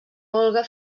olga